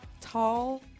tall